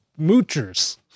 moochers